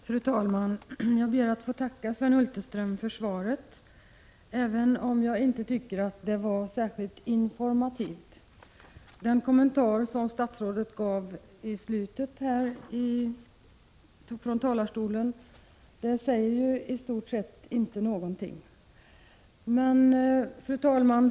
Fru talman! Jag ber att få tacka Sven Hulterström för svaret, även om jag inte tycker att det var särskilt informativt. Den kommentar som statsrådet gav i slutet av svaret säger i stort sett inte någonting. Fru talman!